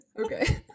okay